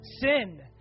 Sin